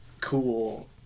cool